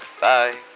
Bye